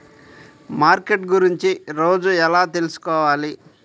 Market గురించి రోజు ఎలా తెలుసుకోవాలి?